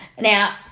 Now